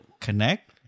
connect